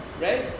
right